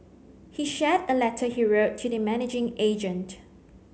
he shared a letter he wrote to the managing agent